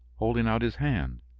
holding out his hand.